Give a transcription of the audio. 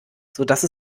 sodass